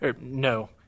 No